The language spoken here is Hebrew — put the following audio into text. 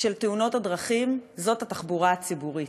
של תאונות הדרכים, הוא התחבורה הציבורית.